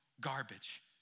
Garbage